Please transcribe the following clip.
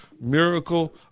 miracle